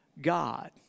God